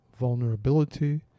vulnerability